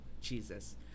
jesus